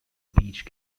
beach